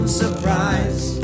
surprise